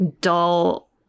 dull